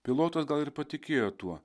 pilotas gal ir patikėjo tuo